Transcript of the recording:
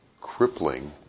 crippling